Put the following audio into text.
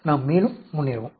நாம் மேலும் முன்னேறுவோம்